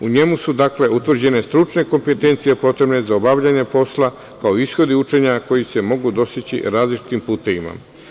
U njemu su dakle utvrđene stručne kompetencije potrebne za obavljanje posla, kao ishodi učenja koji se mogu dostići različitim putevima.